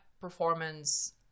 performance